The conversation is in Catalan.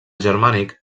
germànic